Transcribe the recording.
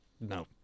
no